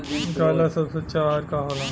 गाय ला सबसे अच्छा आहार का होला?